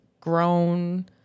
grown